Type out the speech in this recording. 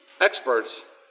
experts